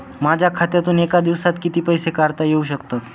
माझ्या खात्यातून एका दिवसात किती पैसे काढता येऊ शकतात?